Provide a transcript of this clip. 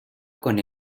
con